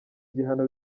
igihano